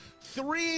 Three